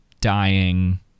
dying